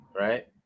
right